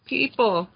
People